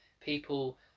people